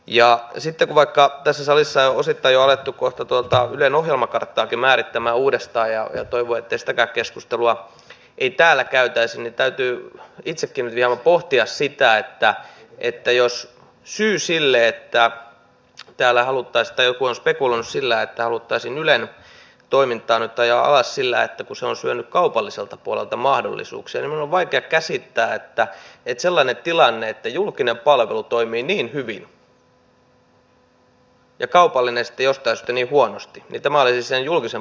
ja vaikka tässä salissa on osittain jo alettu kohta ylen ohjelmakarttaakin määrittämään uudestaan ja toivoa että sitäkään keskustelua ei täällä käytäisi niin täytyy itsekin nyt hieman pohtia sitä että että jos syy sille että kun joku on spekuloinut sillä että haluttaisiin ylen toimintaa nyt ajaa alas siksi että se on syönyt kaupalliselta puolelta mahdollisuuksia niin minun on vaikea käsittää että sellainen tilanne että julkinen palvelu toimii niin hyvin ja kaupallinen sitten jostain syystä niin huonosti olisi sen julkisen palvelun syy